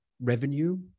revenue